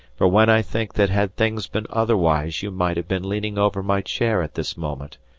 for when i think that had things been otherwise you might have been leaning over my chair at this moment,